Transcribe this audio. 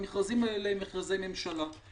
והמכרזים האלה הם מכרזי ממשלה.